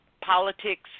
Politics